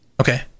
Okay